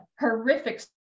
horrific